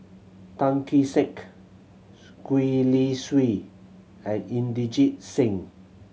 Tan Kee Sek Gwee Li Sui and Inderjit Singh